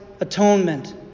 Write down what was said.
atonement